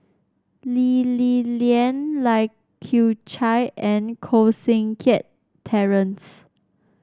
Lee Li Lian Lai Kew Chai and Koh Seng Kiat Terence